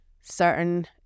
certain